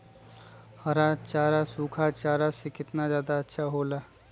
हरा चारा सूखा चारा से का ज्यादा अच्छा हो ला?